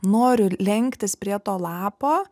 noriu lenktis prie to lapo